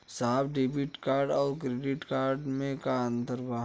साहब debit card और credit card में का अंतर बा?